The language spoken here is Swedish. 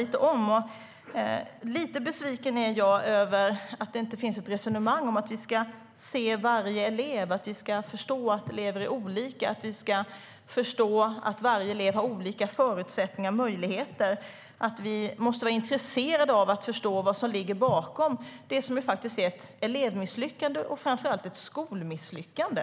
Jag är lite besviken över att det inte finns ett resonemang om att vi ska se varje elev, att vi ska förstå att elever är olika och att vi ska förstå att alla elever har olika förutsättningar och möjligheter. Vi måste vara intresserade av att förstå vad som ligger bakom det som faktiskt är ett elevmisslyckande och framför allt ett skolmisslyckande.